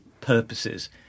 purposes